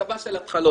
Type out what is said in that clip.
צבא של התחלות,